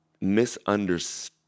misunderstood